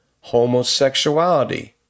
homosexuality